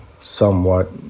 somewhat